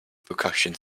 percussion